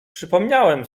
przypomniałem